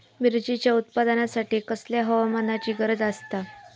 मिरचीच्या उत्पादनासाठी कसल्या हवामानाची गरज आसता?